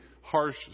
harsh